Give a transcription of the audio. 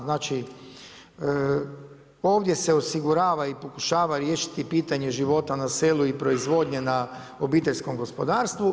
Znači ovdje se osigurava i pokušava riješiti pitanje života na selu i proizvodnje na obiteljskom gospodarstvu.